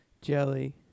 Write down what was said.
jelly